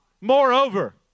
Moreover